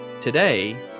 today